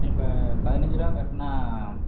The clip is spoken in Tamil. இப்போ பதினைஞ்சு ரூபா கட்டினா